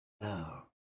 Now